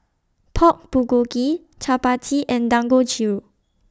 Pork Bulgogi Chapati and Dangojiru